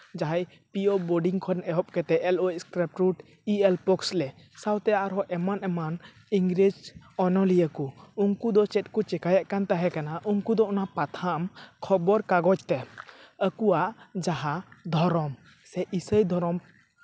ᱡᱟᱦᱟᱸᱭ ᱯᱤ ᱳ ᱵᱳᱰᱤᱝ ᱠᱷᱚᱱ ᱮᱦᱚᱵ ᱠᱟᱛᱮᱫ ᱮᱞ ᱳ ᱮᱥᱠᱮᱯᱥᱩᱨᱩᱰ ᱤ ᱮᱞ ᱯᱳᱠᱥᱞᱮ ᱥᱟᱶᱛᱮ ᱟᱨᱦᱚᱸ ᱮᱢᱟᱱ ᱮᱢᱟᱱ ᱤᱝᱨᱮᱡᱽ ᱚᱱᱚᱞᱤᱭᱟᱹ ᱠᱚ ᱩᱱᱠᱩ ᱫᱚ ᱪᱮᱫ ᱠᱚ ᱪᱮᱠᱟᱭᱮᱫ ᱠᱟᱱ ᱛᱟᱦᱮᱸ ᱠᱟᱱᱟ ᱩᱱᱠᱩ ᱫᱚ ᱚᱱᱟ ᱯᱟᱛᱷᱟᱢ ᱠᱷᱚᱵᱚᱨ ᱠᱟᱜᱚᱡᱽ ᱛᱮ ᱟᱠᱚᱣᱟᱜ ᱡᱟᱦᱟᱸ ᱫᱷᱚᱨᱚᱢ ᱥᱮ ᱤᱥᱟᱹᱭ ᱫᱷᱚᱨᱚᱢ